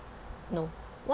no